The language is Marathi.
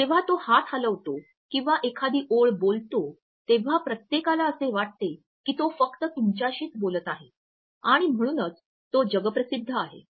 जेव्हा तो हात हलवतो किंवा एखादी ओळ बोलते तेव्हा प्रत्येकाला असे वाटते कि तो फक्त तुमच्याशीच बोलत आहे आणि म्हणूनच तो जगप्रसिद्ध आहे